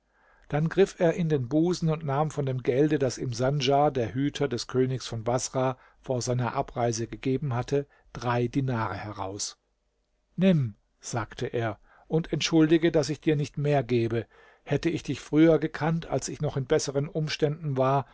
dann griff er in den busen und nahm von dem gelde das ihm sandjar der türhüter des königs von baßrah vor seiner abreise gegeben hatte drei dinare heraus nimm sagte er und entschuldige daß ich dir nicht mehr gebe hätte ich dich früher gekannt als ich noch in besseren umständen war